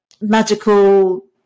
magical